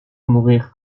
mourir